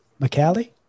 McCallie